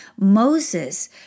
Moses